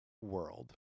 world